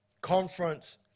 conference